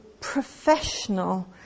professional